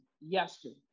yesterday